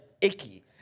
Icky